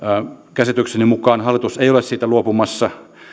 käsitykseni mukaan hallitus ei ole siitä luopumassa